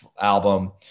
album